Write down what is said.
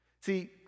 See